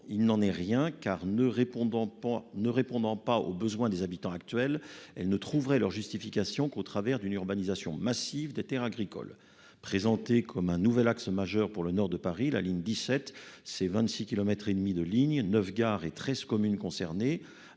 car ne répondant pas, ne répondant pas aux besoins des habitants actuels, elle ne trouveraient leur justification qu'au travers d'une urbanisation massive des Terres agricoles, présenté comme un nouvel axe majeur pour le nord de Paris, la ligne 17, ses 26 kilomètres et demi de ligne 9 gares et 13 communes concernées